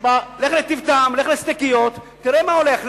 לך ל"טיב טעם", לך לסטייקיות, תראה מה הולך.